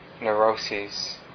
neuroses